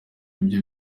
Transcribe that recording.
ibyo